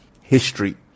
history